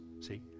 See